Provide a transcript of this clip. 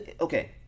Okay